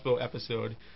episode